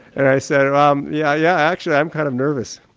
and i said, um yeah yeah actually i am kind of nervous.